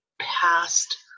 past